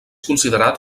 considerat